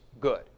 good